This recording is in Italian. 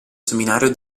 seminario